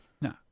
No